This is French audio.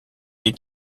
est